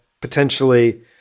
potentially